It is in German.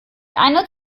eine